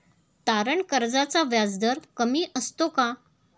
तारण कर्जाचा व्याजदर कमी असतो का?